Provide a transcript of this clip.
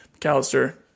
McAllister